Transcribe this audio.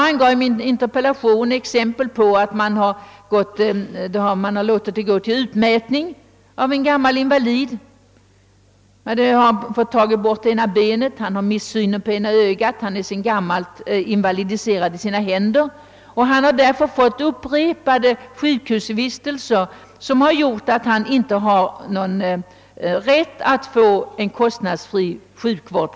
I min interpellation angav jag som exempel, att man har låtit det gå till utmätning hos en gammal invalid. Denne hade fått ena benet amputerat, han hade mist synen på ena ögat, var sedan gammalt invalidiserad i sina händer och hade tvingats till upprepade sjukhusvistelser, vilket har gjort att han inte längre har rätt till kostnadsfri sjukhusvård.